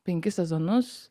penkis sezonus